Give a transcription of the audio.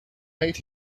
made